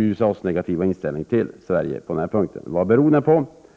USA:s negativa inställning till Sverige på?